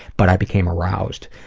but i became aroused,